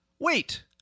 Wait